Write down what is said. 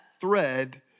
thread